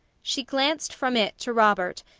she glanced from it to robert,